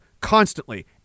constantly